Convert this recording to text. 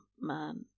man